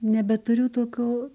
nebeturiu tokio